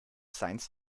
science